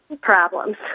problems